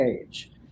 age